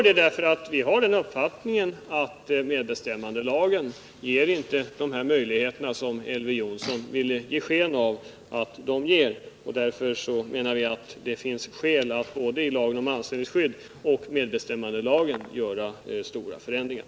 Det är nämligen vår uppfattning att medbestämmandelagen inte ger de möjligheter som Elver Jonsson lät påskina. Därför menar vi att det finns skäl att både i lagen om anställningsskydd och i medbestämmandelagen vidta stora förändringar.